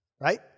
right